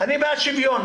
אני בעד שוויון.